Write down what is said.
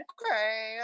Okay